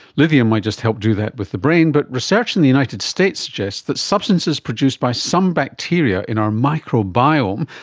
lithium might just help do that with the brain, but research in the united states suggests that substances produced by some bacteria in our microbiome,